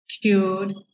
cured